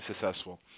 successful